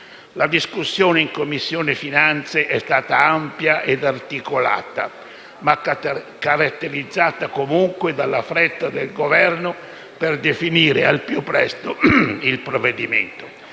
La discussione in Commissione finanze è stata ampia e articolata, ma caratterizzata comunque dalla fretta del Governo di definire al più presto il provvedimento.